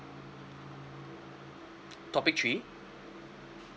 topic three